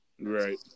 Right